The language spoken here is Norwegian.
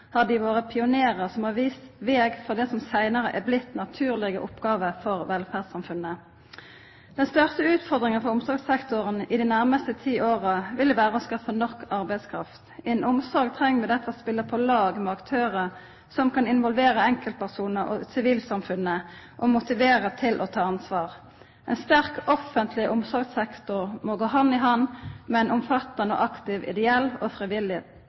har dei vore pionerar som har vist veg for det som seinare er blitt naturlege oppgåver for velferdssamfunnet. Den største utfordringa for omsorgssektoren i dei nærmaste ti åra vil vera å skaffa nok arbeidskraft. Innan omsorg treng vi derfor å spela på lag med aktørar som kan involvera enkeltpersonar og sivilsamfunnet og motivera til å ta ansvar. Ein sterk offentleg omsorgssektor må gå hand i hand med ein omfattande og aktiv ideell og frivillig